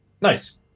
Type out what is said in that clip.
Nice